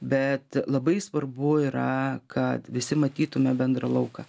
bet labai svarbu yra kad visi matytume bendrą lauką